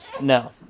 No